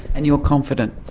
and you're confident?